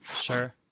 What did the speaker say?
Sure